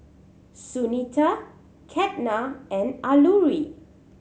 Sunita Ketna and Alluri